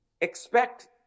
expect